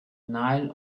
nile